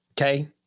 okay